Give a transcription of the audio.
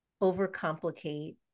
overcomplicate